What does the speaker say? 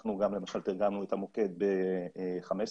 ואנחנו גם למשל תרגמנו את המוקד לחמש שפות,